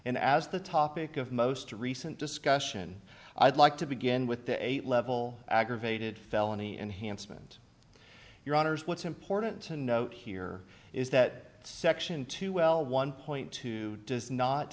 and as the topic of most recent discussion i'd like to begin with the eight level aggravated felony enhancement your honors what's important to note here is that section two well one point two does not